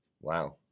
Wow